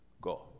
Go